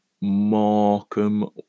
Markham